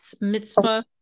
mitzvah